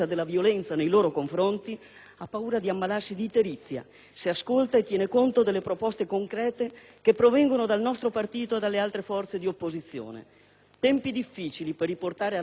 ha paura di ammalarsi di itterizia se ascolta e tiene conto delle proposte concrete che provengono dal nostro partito e dalle altre forze di opposizione. Tempi difficili per riportare alla ragione e alla responsabilità